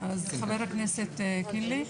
חבר הכנסת קינלי?